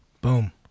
boom